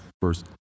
first